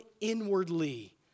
inwardly